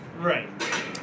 Right